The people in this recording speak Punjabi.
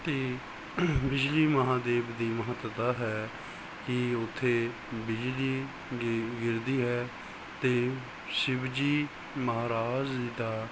ਤੇ ਬਿਜਲੀ ਮਹਾਦੇਵ ਦੀ ਮਹੱਤਤਾ ਹੈ ਕਿ ਉੱਥੇ ਬਿਜਲੀ ਗਿਰਦੀ ਹੈ ਤੇ ਸ਼ਿਵਜੀ ਮਹਾਰਾਜ ਦਾ